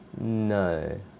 No